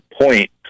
point